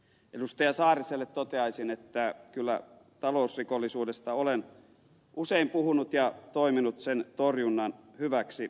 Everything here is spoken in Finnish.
saariselle toteaisin että kyllä talousrikollisuudesta olen usein puhunut ja toiminut sen torjunnan hyväksi